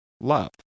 love